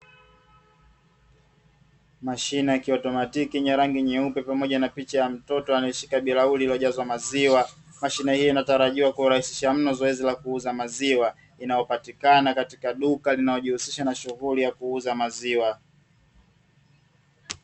Mashine ya kiautomatiki yenye rangi nyeupe pamoja na picha ya mtoto anayeshika bilauri iliyojazwa maziwa, mashine hiyo inategemewa kurahisisha mno zoezi la kuuza maziwa, inayopatikana katika duka linalojishughulisha na shughuli ya kuuza maziwa.